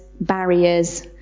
barriers